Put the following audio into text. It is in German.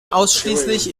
ausschließlich